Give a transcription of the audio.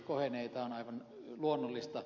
tämä on aivan luonnollista